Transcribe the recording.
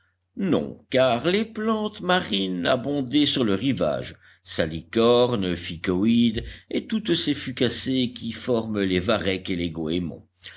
non car les plantes marines abondaient sur le rivage salicornes ficoïdes et toutes ces fucacées qui forment les varechs et les goémons